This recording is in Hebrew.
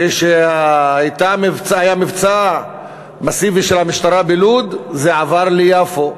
כשהיה מבצע מסיבי של המשטרה בלוד, זה עבר ליפו.